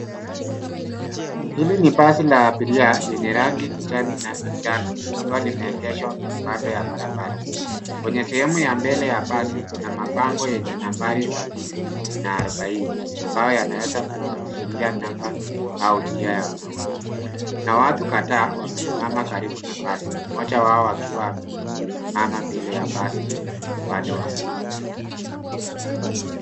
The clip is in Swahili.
Hili ni basi la abiria yenye rangi ya kijani na njano likiwa limeegeshwa kando ya barabara. Kwenye sehemu ya mbele ya basi kuna mabango yenye nambari sabini na arubaini ambayo yanaweza kuashiria namba au njia ya nauli kuna watu kadhaa wamesimama karibu na basi mmoja wao akiwa amesimama mbele ya basi upande wa kulia.